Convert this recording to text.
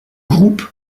groupe